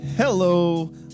Hello